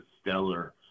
stellar